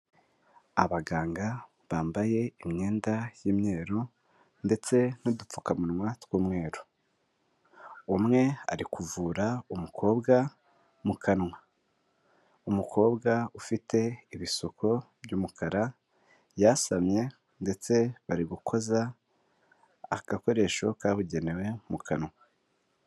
Abaganga bambaye imyenda y'imyeru ndetse n'udupfukamunwa tw'umweru, umwe ari kuvura umukobwa mu kanwa, umukobwa ufite ibisuko by'umukara yasamye ndetse bari gukoza agakoresho kabugenewe mu kanwa.